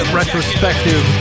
retrospective